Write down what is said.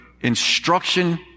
instruction